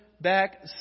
back